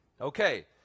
Okay